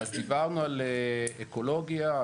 דיברנו על אקולוגיה,